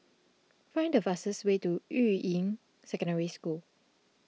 find the fastest way to Yuying Secondary School